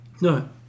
no